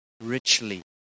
richly